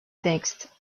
text